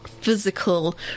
physical